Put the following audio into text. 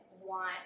want